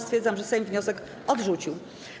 Stwierdzam, że Sejm wniosek odrzucił.